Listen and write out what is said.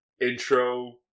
intro